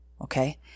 okay